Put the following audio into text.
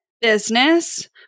business